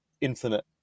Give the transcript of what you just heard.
infinite